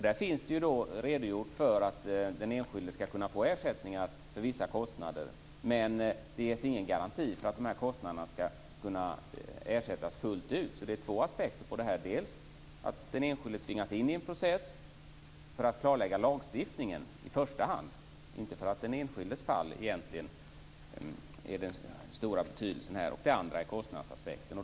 Det har redogjorts för att den enskilde skall kunna få ersättningar för vissa kostnader, men det finns ingen garanti för att dessa kostnader skall ersättas fullt ut. Det finns alltså två aspekter på detta. För det första tvingas den enskilde in i en process i första hand för klarläggande av lagstiftningen - det är inte den enskildes fall som har den stora betydelsen - och för det andra har vi en kostnadsaspekt.